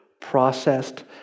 processed